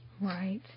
Right